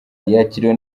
yakiriwe